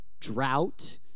drought